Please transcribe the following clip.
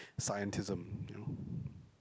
scientism you know